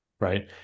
right